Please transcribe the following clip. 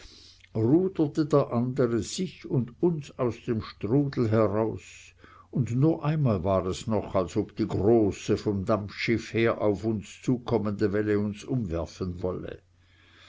ruderte der andre sich und uns aus dem strudel heraus und nur einmal war es noch als ob die große vom dampfschiff her auf uns zukommende welle uns umwerfen wolle